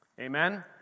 Amen